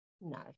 no